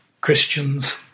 Christians